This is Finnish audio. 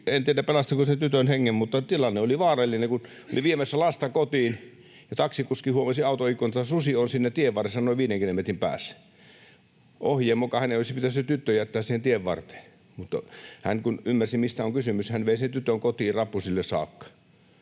en tiedä, pelastiko se tytön hengen, mutta tilanne oli vaarallinen — oli viemässä lasta kotiin ja huomasi auton ikkunasta, että susi on siinä tienvarressa noin 50 metrin päässä. Ohjeen mukaan hänen olisi pitänyt se tyttö jättää siihen tienvarteen, mutta hän kun ymmärsi, mistä on kysymys, hän vei sen tytön kotiin rappusille saakka.